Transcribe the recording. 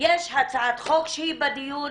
יש הצעת חוק שהיא בדיון.